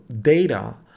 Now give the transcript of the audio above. data